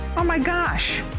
oh my gosh!